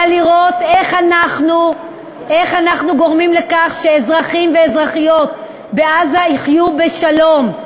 אלא לראות איך אנחנו גורמים לכך שאזרחים ואזרחיות בעזה יחיו בשלום,